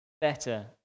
better